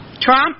Trump